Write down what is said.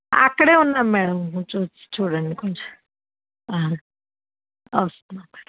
అక్కడ ఉన్నాం మ్యాడమ్ చూచ్ చూడండి కొంచెం వస్తున్నాం మ్యాడమ్